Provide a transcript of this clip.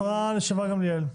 השרה לשעבר גמליאל,